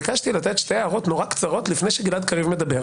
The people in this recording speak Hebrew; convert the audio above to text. ביקשתי לתת שתי הערות נורא קצרות לפני שגלעד קריב מדבר.